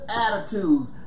attitudes